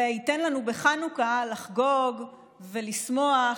וייתן לנו בחנוכה לחגוג ולשמוח,